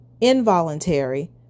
involuntary